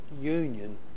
union